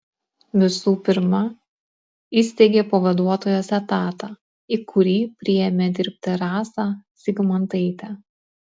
visų pirma įsteigė pavaduotojos etatą į kurį priėmė dirbti rasą zygmantaitę